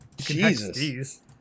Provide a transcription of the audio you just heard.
Jesus